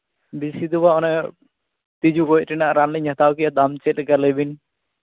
ᱵᱤᱥᱤ ᱫᱚ ᱵᱟ ᱚᱱᱮ ᱛᱤᱡᱩ ᱜᱚᱡ ᱨᱮᱱᱟᱜ ᱨᱟᱱᱞᱤᱧ ᱦᱟᱛᱟᱣ ᱠᱮᱭᱟ ᱫᱟᱢ ᱪᱮᱫᱞᱮᱠᱟ ᱞᱟᱹᱭ ᱵᱤᱱ